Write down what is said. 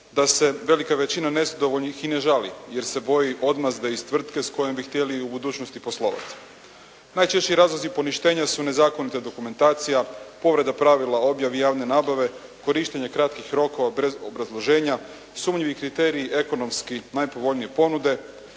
da se velika većina nezadovoljnih i ne žali, jer se boji odmazde iz tvrtke s kojom bi htjeli i u budućnosti poslovati. Najčešći razlozi poništenja su nezakonita dokumentacija, povreda pravila o objavi javne nabave, korištenja kratkih rokova obrazloženja, sumnjivi kriteriji i ekonomski najpovoljnije ponude,